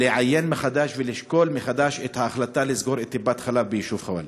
לעיין מחדש ולשקול מחדש את ההחלטה לסגור את טיפת חלב ביישוב ח'וואלד.